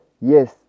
Yes